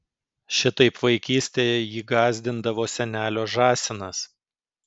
šitaip vaikystėje jį gąsdindavo senelio žąsinas